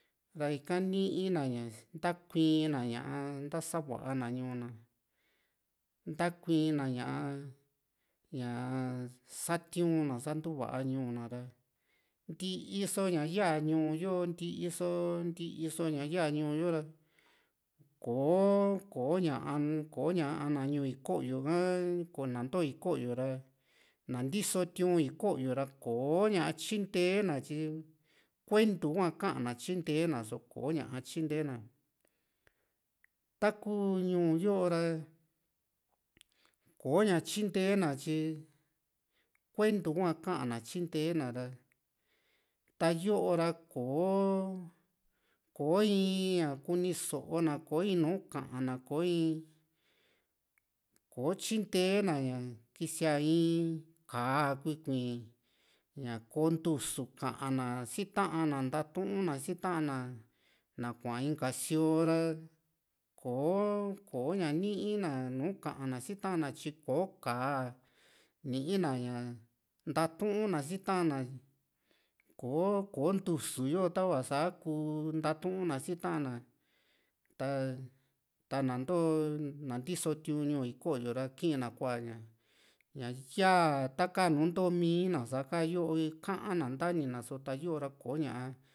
ra ika nii na ña ntakuii na ñaa ntasa va´a na ñuu na ntakuii na ña´a ñaa satiuna sa ntu va´a ñuu na ra ntiiso ña yaa ñuu yo ntiiso ntiiso ña ya ñuu yo´ra kò´o kò´o ña kò´o ña na ñuu iko´yo ha nantoo iko´yo ra na ntiso tiu´niko´yo ra kò´o ña tyinte na tyi kuentu hua ka´na tyintee na so koña tyinte na taku ñuu yo ra kò´o ña tyinte na tyi kuentu hua kana tyinte na ra ta´yo ra kò´o koo in ñaa kuniso na koo in nu ka´na kò´o in kò´o tyinte na ña kisia in ka´a kuiii ña koo ntusu ka´na sii ta´an na ntatuun na si ta´na na kuaa inka sioo ra kò´o kò´o nii na nùù ka´na si ta´an na tyi kò´o ka´a nii´na ña ntatuna sii ta´an na kò´o kò´o ntusu yo tava sa´kuu ntaatuna sii ta´n na ta ta na into na ntiso tiu´n ñuu iko´yo ra kii´n na kuaa ña ñá yaa taka nùù intomi na saka yo kaa´n na ntanina soo ta´yo ra kò´o ñaa